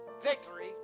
victory